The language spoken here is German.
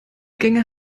gänge